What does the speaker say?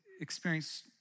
experience